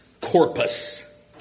corpus